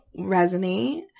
resonate